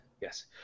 Yes